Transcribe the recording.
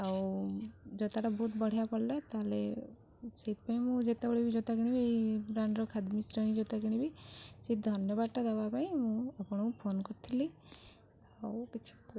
ଆଉ ଜୋତାଟା ବହୁତ ବଢ଼ିଆ ପଡ଼ିଲା ତା'ହେଲେ ସେଥିପାଇଁ ମୁଁ ଯେତେବେଳେ ବି ଜୋତା କିଣିବି ଏଇ ବ୍ରାଣ୍ଡର ଖାଦିମସ୍ର ହିଁ ଜୋତା କିଣିବି ସେ ଧନ୍ୟବାଦଟା ଦେବା ପାଇଁ ମୁଁ ଆପଣଙ୍କୁ ଫୋନ କରିଥିଲି ଆଉ କିଛି